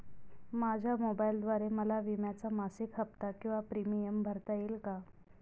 माझ्या मोबाईलद्वारे मला विम्याचा मासिक हफ्ता किंवा प्रीमियम भरता येईल का?